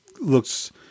looks